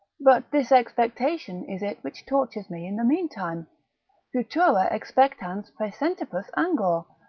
but this expectation is it which tortures me in the mean time futura expectans praesentibus angor,